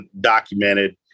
documented